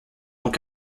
donc